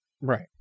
Right